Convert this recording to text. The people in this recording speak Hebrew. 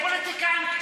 פוליטיקאים קטנים,